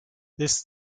this